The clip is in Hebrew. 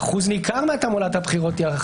אחוז ניכר מתעמולת הבחירות היא...